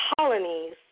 colonies